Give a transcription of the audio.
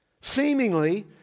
Seemingly